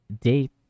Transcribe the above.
date